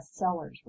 bestsellers